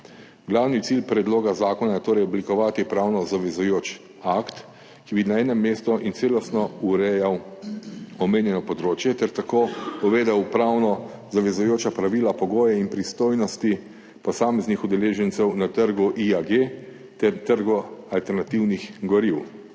Glavni cilj predloga zakona je torej oblikovati pravno zavezujoč akt, ki bi na enem mestu in celostno urejal omenjeno področje ter tako uvedel pravno zavezujoča pravila, pogoje in pristojnosti posameznih udeležencev na trgu IAG ter trgu alternativnih goriv.